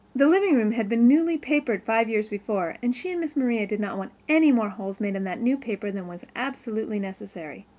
the living room had been newly papered five years before and she and miss maria did not want any more holes made in that new paper than was absolutely necessary.